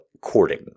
courting